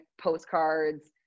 postcards